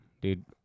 dude